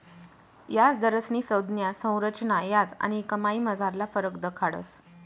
याजदरस्नी संज्ञा संरचना याज आणि कमाईमझारला फरक दखाडस